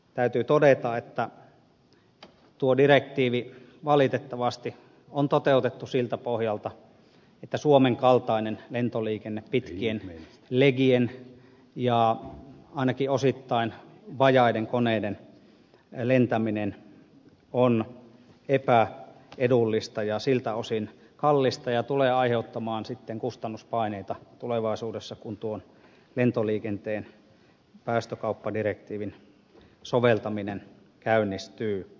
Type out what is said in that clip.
täytyy todeta että tuo direktiivi valitettavasti on toteutettu siltä pohjalta että suomen kaltainen lentoliikenne pitkien legien ja ainakin osittain vajaiden koneiden lentäminen on epäedullista ja siltä osin kallista ja tulee aiheuttamaan sitten kustannuspaineita tulevaisuudessa kun lentoliikenteen päästökauppadirektiivin soveltaminen käynnistyy